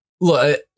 look